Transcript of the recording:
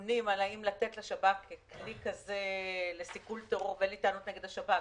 הדיונים האם לתת לשב"כ כלי כזה לסיכול טרור אין לי טענות לשב"כ,